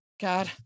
god